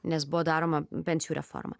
nes buvo daroma pensijų reforma